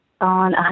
on